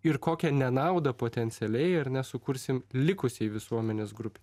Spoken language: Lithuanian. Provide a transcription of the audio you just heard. ir kokią nenaudą potencialiai ar ne sukursim likusiai visuomenės grupei